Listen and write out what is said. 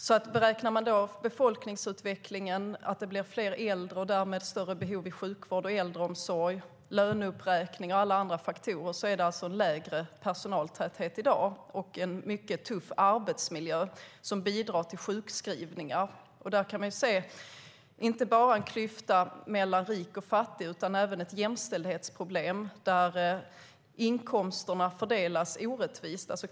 Med hänsyn till befolkningsutvecklingen, att det blir fler äldre och därmed större behov i sjukvård och äldreomsorg, löneuppräkning och andra faktorer är personaltätheten lägre i dag, och det är en mycket tuff arbetsmiljö som bidrar till sjukskrivningar. Man kan se inte bara en klyfta mellan rik och fattig utan också ett jämställdhetsproblem. Inkomsterna fördelas orättvist.